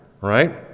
Right